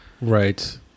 right